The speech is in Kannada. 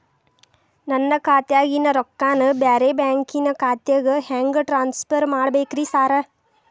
ನನ್ನ ಖಾತ್ಯಾಗಿನ ರೊಕ್ಕಾನ ಬ್ಯಾರೆ ಬ್ಯಾಂಕಿನ ಖಾತೆಗೆ ಹೆಂಗ್ ಟ್ರಾನ್ಸ್ ಪರ್ ಮಾಡ್ಬೇಕ್ರಿ ಸಾರ್?